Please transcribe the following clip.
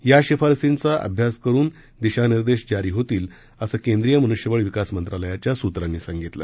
या शिफारशींचा अभ्यास करुन दिशानिर्देश जारी होतील असं केंद्रीय मनुष्यबळ विकास मंत्रालयाच्या सूत्रांनी सांगितलं